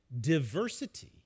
diversity